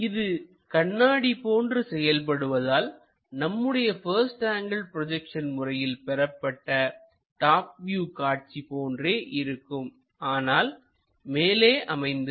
இது கண்ணாடி போன்று செயல்படுவதால்நம்முடைய பஸ்ட் ஆங்கிள் ப்ரொஜெக்ஷன் முறையில் பெறப்பட்ட டாப் வியூ காட்சி போன்றே இருக்கும் ஆனால் மேலே அமைந்திருக்கும்